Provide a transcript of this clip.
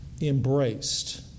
embraced